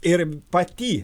ir pati